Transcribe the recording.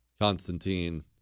Constantine